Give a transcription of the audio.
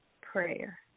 prayer